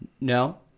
no